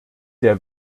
der